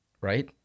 right